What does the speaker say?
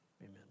amen